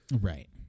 Right